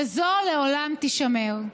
וזו לעולם תישמר.